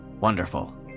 Wonderful